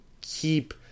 keep